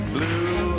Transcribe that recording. Blue